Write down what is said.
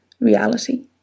reality